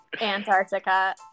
Antarctica